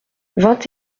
vingt